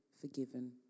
forgiven